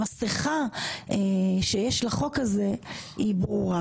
המסכה שיש לחוק הזה היא ברורה.